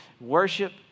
worship